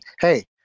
Hey